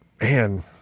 man